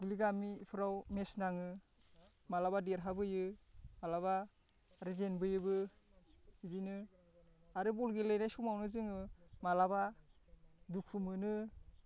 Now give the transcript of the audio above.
बिदि गामिफोराव मेच नाङो माब्लाबा देरहाबोयो माब्लाबा आरो जेनबोयोबो बिदिनो आरो बल गेलेनाय समावनो जोङो माब्लाबा दुखु मोनो